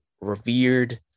revered